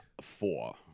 Four